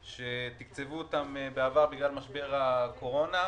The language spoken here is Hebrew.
שתקצבו אותם בעבר בגלל משבר הקורונה,